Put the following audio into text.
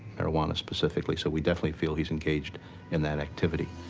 marijuana specifically. so we definitely feel he's engaged in that activity.